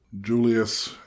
Julius